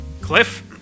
Cliff